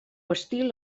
estil